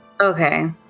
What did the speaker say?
Okay